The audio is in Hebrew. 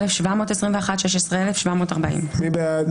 16,441 עד 16,460. מי בעד?